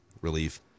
relief